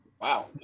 Wow